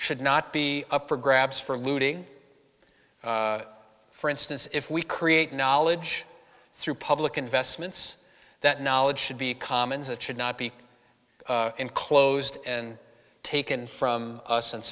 should not be up for grabs for looting for instance if we create knowledge through public investments that knowledge should be commons it should not be enclosed and taken from us and